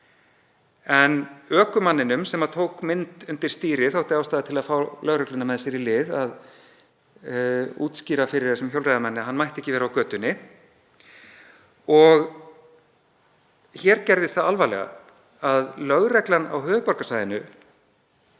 En ökumanninum sem tók mynd undir stýri þótti ástæða til að fá lögregluna með sér í lið til að útskýra fyrir þessum hjólreiðamanni að hann mætti ekki vera á götunni. Hér gerðist það alvarlega, að lögreglan á höfuðborgarsvæðinu